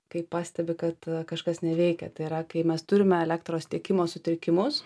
kaip pastebi kad kažkas neveikia tai yra kai mes turime elektros tiekimo sutrikimus